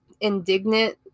indignant